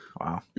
Wow